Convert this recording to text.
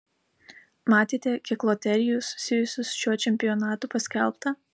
matėte kiek loterijų susijusių su šiuo čempionatu paskelbta